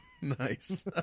Nice